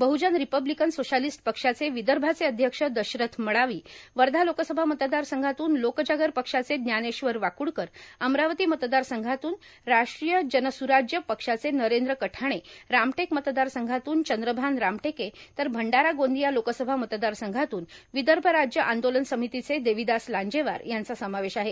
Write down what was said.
बहुजन Republican Socialist पक्षाचे विदर्भाचे अध्यक्ष दशरथ मडावी वर्धा लोकसभा मतदार संधातून लोकजागर पक्षाचे ज्ञानेश्वर वाकुडकर अमरावती मतदार संघातून राष्ट्रीय जनसूराज्य पक्षाचे नरेद्र कठाणे रामटेक मतदार संघातून चंद्रभान रामटेके तर भंडारा गोदिया लोकसभा मतदार संघातून विदर्भ राज्य आंदोलन समितीचे देवीदास लांजेवार यांचा समावेश आहे